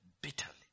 bitterly